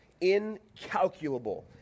incalculable